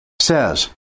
says